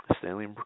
Stanley